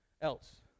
else